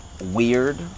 weird